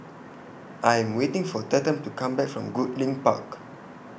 I Am waiting For Tatum to Come Back from Goodlink Park